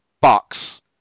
bucks